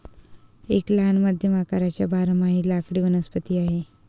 एक लहान मध्यम आकाराचा बारमाही लाकडी वनस्पती आहे